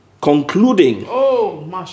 Concluding